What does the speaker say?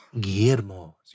Guillermo